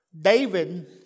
David